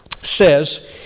says